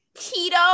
Tito